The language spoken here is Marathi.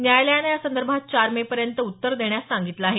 न्यायालयानं यासंदर्भात चार मे पर्यंत उत्तर देण्यास सांगितलं आहे